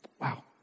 Wow